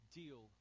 deal